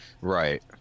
Right